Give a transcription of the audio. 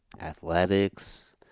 athletics